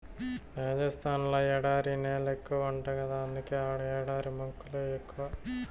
రాజస్థాన్ ల ఎడారి నేలెక్కువంట గదా అందుకే ఆడ ఎడారి మొక్కలే ఎక్కువ